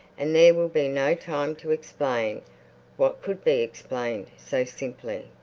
and there will be no time to explain what could be explained so simply.